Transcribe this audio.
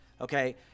okay